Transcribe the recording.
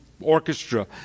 orchestra